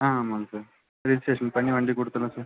ஆ ஆமாங்க sir registration பண்ணி வண்டி கொடுத்துருவோம் சார்